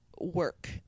work